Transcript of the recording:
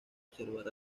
observar